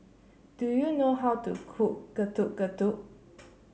do you know how to cook Getuk Getuk